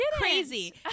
Crazy